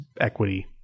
equity